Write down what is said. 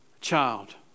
child